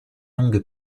longue